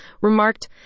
remarked